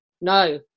No